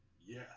Yes